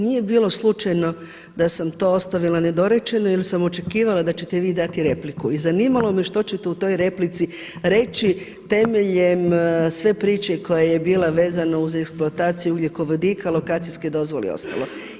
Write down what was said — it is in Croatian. Nije bilo slučajno da sam to ostavila nedorečeno jer sam očekivala da ćete vi dati repliku i zanimalo me što ćete u toj replici reći temeljem sve priče koja je bila vezana uz eksploataciju ugljikovodika, lokacijske dozvole i ostalo.